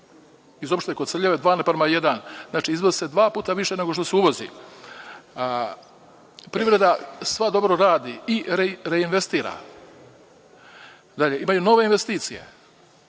iz opštine Koceljeva je 2:1. Znači, izvozi se dva puta više nego što se uvozi. Privreda sva dobro radi i reinvestira. Dalje, imaju nove investicije.